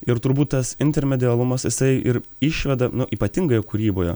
ir turbūt tas intermedialumas jisai ir išveda nu ypatingai jau kūryboje